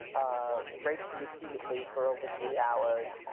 ah raped you repeatedly for over three hours.